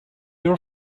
your